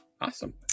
awesome